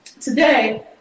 Today